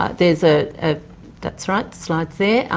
ah there's. ah ah that's right, slide's there.